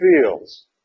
feels